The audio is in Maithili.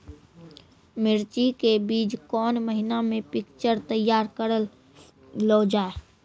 मिर्ची के बीज कौन महीना मे पिक्चर तैयार करऽ लो जा?